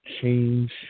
change